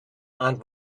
and